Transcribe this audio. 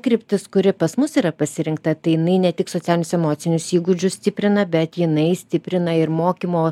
kryptis kuri pas mus yra pasirinkta tai jinai ne tik socialinius emocinius įgūdžius stiprina bet jinai stiprina ir mokymo